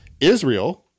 Israel